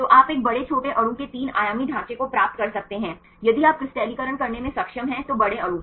तो आप एक बड़े छोटे अणु के तीन आयामी ढांचे को प्राप्त कर सकते हैं यदि आप क्रिस्टलीकरण करने में सक्षम हैं तो बड़े अणु